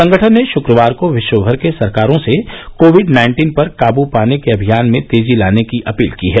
संगठन ने शुक्रवार को विश्व भर को सरकारों से कोविड नाइन्टीन पर काब् पाने के अभियान में तेजी लाने की अपील की है